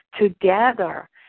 together